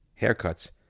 Haircuts